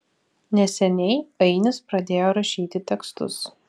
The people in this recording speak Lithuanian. neseniai ainis pradėjo rašyti tekstus